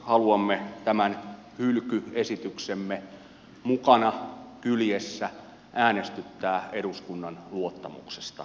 haluamme tämän hylkyesityksemme mukana kyljessä äänestyttää eduskunnan luottamuksesta